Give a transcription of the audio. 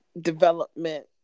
development